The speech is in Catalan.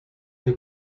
que